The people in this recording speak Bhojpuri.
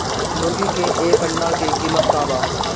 मुर्गी के एक अंडा के कीमत का बा?